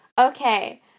okay